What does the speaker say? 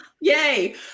Yay